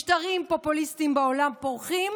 משטרים פופוליסטיים בעולם פורחים,